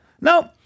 No